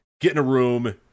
get-in-a-room